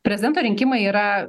prezidento rinkimai yra